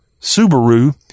subaru